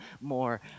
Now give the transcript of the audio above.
more